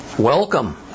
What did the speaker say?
Welcome